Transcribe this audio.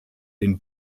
den